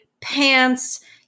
pants